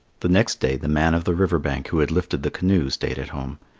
the next day, the man of the river bank who had lifted the canoe stayed at home.